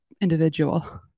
individual